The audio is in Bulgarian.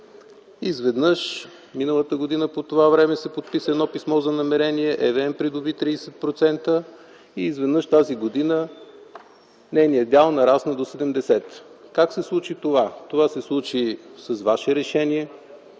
Изведнъж миналата година по това време се подписа едно писмо за намерение, ЕVN придоби 30%. Изведнъж тази година нейният дял нарасна до 70. Как се случи това? Това се случи с Ваше решение